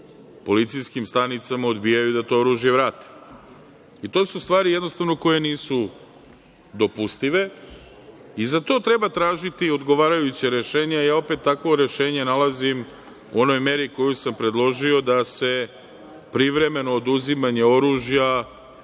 policijskim stanicama odbijaju da to oružje vrate i to su stvari jednostavno koje nisu dopustive i za to treba tražiti odgovarajuća rešenja. Opet takvo rešenje nalazim u onoj meri koju sam predložio da se privremeno oduzimanje oružja